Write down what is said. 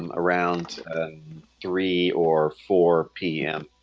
um around three or four p m.